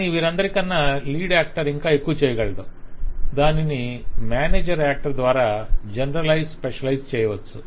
కాని వీరందరి కన్నా లీడ్ యాక్టర్ ఇంకా ఎక్కువ చేయగలడు దానిని మేనేజర్ యాక్టర్ ద్వారా జనరలైజ్ స్పెషలైజ్ చేయవచ్చు